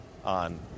on